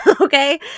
Okay